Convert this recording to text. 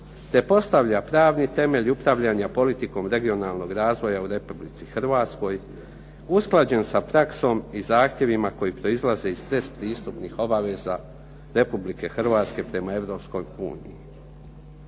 te postavlja pravni temelj upravljanja politikom regionalnog razvoja u Republici Hrvatskoj usklađen sa praksom i zahtjevima koji proizlaze iz predpristupnih obaveza Republike Hrvatske prema Europskoj uniji.